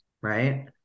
right